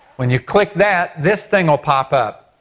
when you click that, this thing will pop up.